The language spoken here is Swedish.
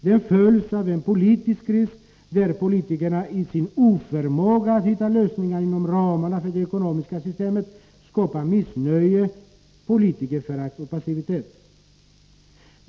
Den följs av en politisk kris, där politikerna i sin oförmåga att hitta lösningar inom ramarna för det ekonomiska systemet skapar missnöje, politikerförakt och passivitet.